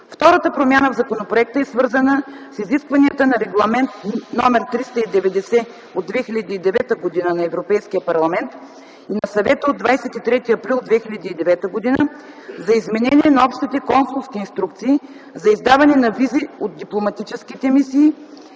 Втората промяна в законопроекта е свързана с изискванията на Регламент № 390/2009 г. на Европейския парламент и на Съвета от 23 април 2009 г. за изменение на Общите консулски инструкции за издаване на визи от дипломатическите мисии